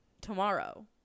tomorrow